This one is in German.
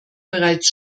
bereits